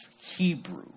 Hebrew